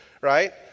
right